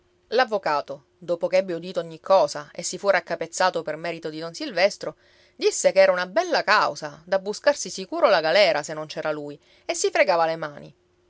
l'avvocato dopo che ebbe udito ogni cosa e si fu raccapezzato per merito di don silvestro disse che era una bella causa da buscarsi sicuro la galera se non c'era lui e si fregava le mani